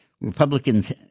Republicans